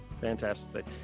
Fantastic